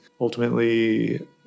ultimately